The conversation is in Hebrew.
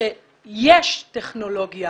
שיש טכנולוגיה